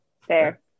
fair